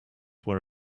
were